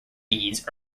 beads